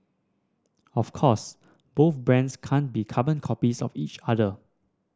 of course both brands can't be carbon copies of each other